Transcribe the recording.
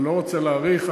אני לא רוצה להאריך.